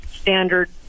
standard